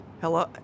hello